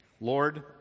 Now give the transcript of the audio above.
Lord